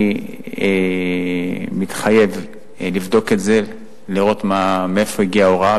אני מתחייב לבדוק את זה ולראות מאיפה הגיעה ההוראה.